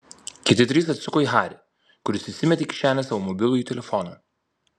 kiti trys atsisuko į harį kuris įsimetė į kišenę savo mobilųjį telefoną